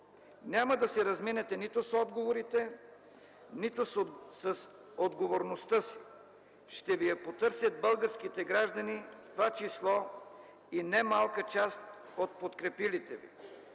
Няма да се разминете нито с отговорите, нито с отговорността си – ще ви я потърсят българските граждани, в това число и немалка част от подкрепилите ви.